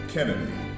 Kennedy